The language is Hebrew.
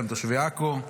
גם תושבי עכו.